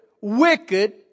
wicked